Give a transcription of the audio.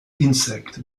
insect